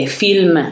film